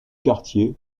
quartiers